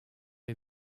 est